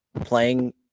playing